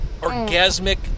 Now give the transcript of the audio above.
orgasmic